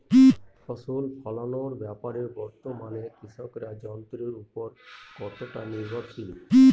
ফসল ফলানোর ব্যাপারে বর্তমানে কৃষকরা যন্ত্রের উপর কতটা নির্ভরশীল?